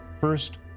first